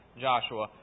Joshua